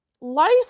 life